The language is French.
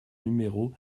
numéro